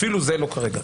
אפילו זה לא כרגע.